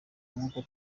nk’uko